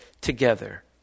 together